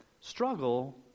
struggle